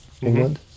England